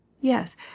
Yes